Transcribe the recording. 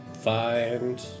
find